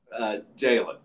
Jalen